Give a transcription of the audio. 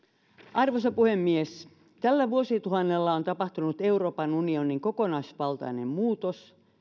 arvoisa puhemies tällä vuosituhannella on tapahtunut euroopan unionin kokonaisvaltainen muutos